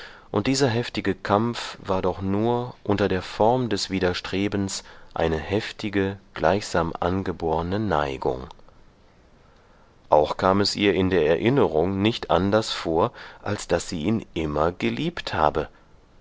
und dieser heftige kampf war doch nur unter der form des widerstrebens eine heftige gleichsam angeborne neigung auch kam es ihr in der erinnerung nicht anders vor als daß sie ihn immer geliebt habe